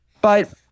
But-